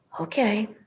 okay